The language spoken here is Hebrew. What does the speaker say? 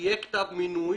שיהיה כתב מינוי,